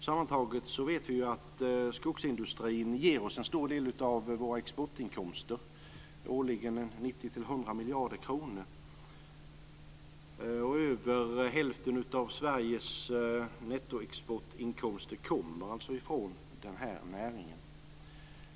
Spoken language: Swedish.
Sammantaget vet vi att skogsindustrin ger oss en stor del av våra exportinkomster, årligen 90-100 miljarder kronor. Över hälften av Sveriges nettoexportinkomster kommer från den här näringen.